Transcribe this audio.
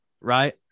Right